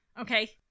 okay